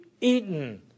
eaten